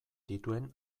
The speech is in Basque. dituen